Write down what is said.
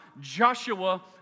Joshua